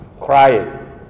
Crying